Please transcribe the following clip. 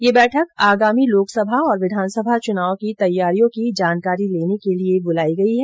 यह बैठक आगामी लोकसभा और विधानसभा चुनाव की तैयारियों की जानकारी लेने के लिए बुलायी गई है